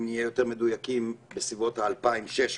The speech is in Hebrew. אם נהיה יותר מדויקים, בסביבות ה-2,600 דונם.